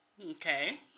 Okay